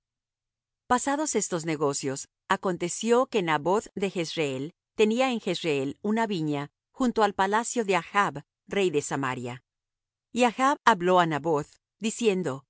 pasados estos negocios aconteció que naboth de jezreel tenía en jezreel una viña junto al palacio de achb rey de samaria y achb habló á naboth diciendo